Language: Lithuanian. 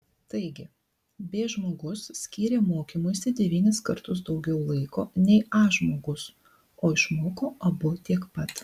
taigi b žmogus skyrė mokymuisi devynis kartus daugiau laiko nei a žmogus o išmoko abu tiek pat